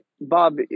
Bob